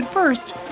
First